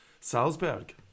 Salzburg